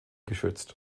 geschützt